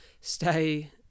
stay